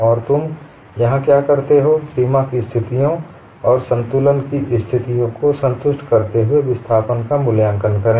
और तुम यहाँ क्या करते हो सीमा की स्थितियों और संतुलन की स्थिति को संतुष्ट करते हुए विस्थापन का मूल्याँकन करें